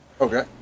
Okay